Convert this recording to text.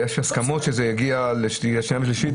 יש הסכמות שזה יגיע לקריאה שנייה ושלישית,